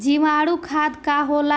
जीवाणु खाद का होला?